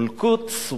אל-קודס,